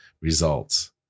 results